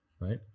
right